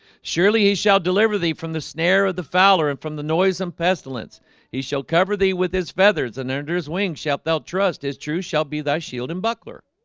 surely he shall deliver thee from the snare of the fowler and from the noisome pestilence he shall cover thee with his feathers and under his wings shalt thou trust his true. shall be thy shield and buckler